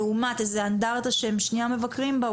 לעומת איזו אנדרטה שהם שנייה מבקרים בה,